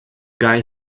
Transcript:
guy